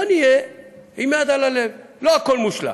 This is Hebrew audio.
בואו נהיה עם יד על הלב: לא הכול מושלם,